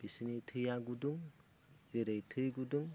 बिसोरनि थैया गुदुं जेरै थै गुदुं